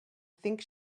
think